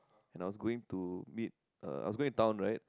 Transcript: and I was going to meet uh I was going to town right